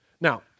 Now